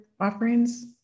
offerings